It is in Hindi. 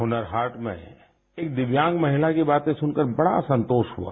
हुनर हाट में एक दिव्यांग महिला की बातें सुनकर बड़ा संतोष हुआ